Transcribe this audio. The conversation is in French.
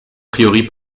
priori